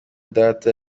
data